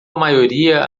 maioria